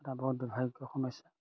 এটা বৰ দুৰ্ভাগ্য সমস্যা